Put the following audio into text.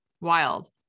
wild